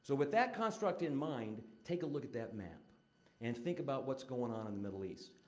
so with that construct in mind, take a look at that map and think about what's going on in the middle east.